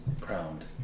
crowned